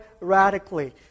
radically